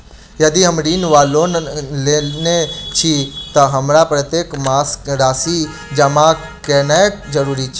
यदि हम ऋण वा लोन लेने छी तऽ हमरा प्रत्येक मास राशि जमा केनैय जरूरी छै?